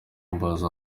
mbaza